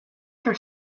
for